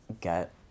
get